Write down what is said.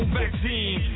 vaccine